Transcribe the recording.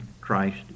Christ